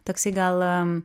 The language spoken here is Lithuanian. toksai gal